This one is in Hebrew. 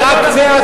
זה רק קצה,